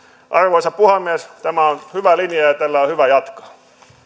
arvoisa puhemies tämä on hyvä linja ja ja tällä on hyvä jatkaa